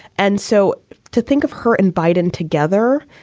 and so to think of her and biden together,